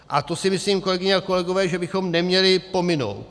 A to si myslím, kolegyně a kolegové, že bychom neměli pominout.